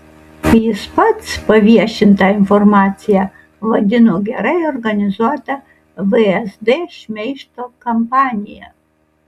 jis pats paviešintą informaciją vadino gerai organizuota vsd šmeižto kampanija